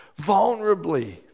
vulnerably